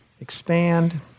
expand